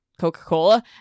coca-cola